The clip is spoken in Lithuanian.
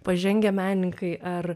pažengę menininkai ar